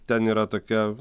ten yra tokia